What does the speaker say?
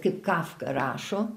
kaip kafka rašo